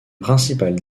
principales